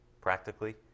practically